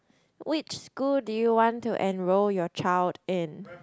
which school do you want to enroll your child in